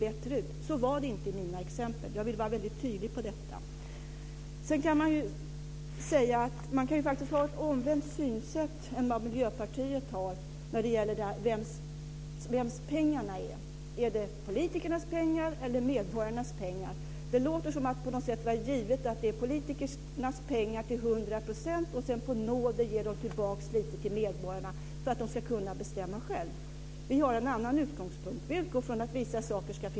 Jag vill vara väldigt tydlig i fråga om detta. Man kan faktiskt ha ett omvänt synsätt jämfört med Miljöpartiet när det gäller vems pengarna är. Det låter på något sätt som om det var givet att det är politikernas pengar till 100 % och att de sedan på nåder ger tillbaka lite grann till medborgarna för att de själva ska kunna bestämma.